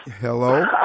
Hello